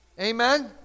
amen